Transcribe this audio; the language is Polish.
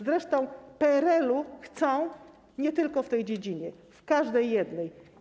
Zresztą PRL-u chcą nie tylko w tej dziedzinie, w każdej jednej.